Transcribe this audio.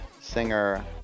singer